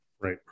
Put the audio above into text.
Right